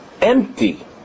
Empty